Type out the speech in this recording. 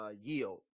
yield